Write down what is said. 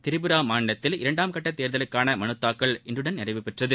திரிபுரா மாநிலத்தில் இரண்டாம் கட்டத் தேர்தலுக்கான மனுத் தாக்கல் இன்றுடன் நிறைவுற்றது